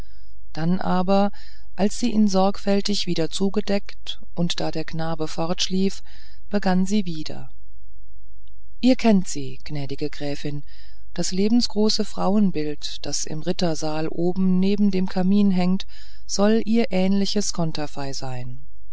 dann aber als sie ihn sorgfältig wieder zugedeckt und da der knabe fortschlief begann sie wieder ihr kennt sie gnädige gräfin das lebensgroße frauenbild das im rittersaal oben neben dem kamin hängt soll ihr ähnliches konterfei sein